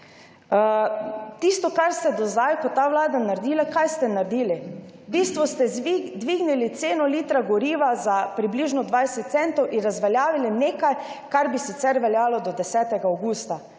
Tisto, kar ste do zdaj kot vlada naredili – kaj ste naredili? V bistvu ste dvignili ceno litra goriva za približno 20 centov in razveljavili nekaj, kar bi sicer veljalo do 10. avgusta.